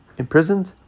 imprisoned